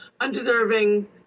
undeserving